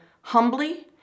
humbly